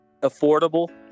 affordable